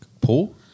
Paul